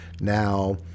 Now